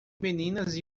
meninas